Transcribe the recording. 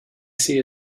see